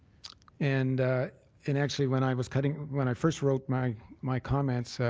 and and actually, when i was cutting when i first wrote my my comments, so